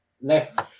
left